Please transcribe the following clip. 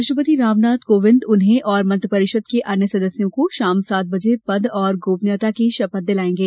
राष्ट्रपति रामनाथ कोविंद उन्हें और मंत्रिपरिषद के अन्य सदस्यों को सायं सात बजे पद और गोपनीयता की शपथ दिलाएंगे